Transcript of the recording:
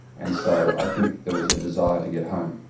and so i think there was a desire to get home,